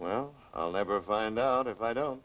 well i'll never find out if i don't